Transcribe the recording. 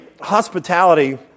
hospitality